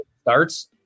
starts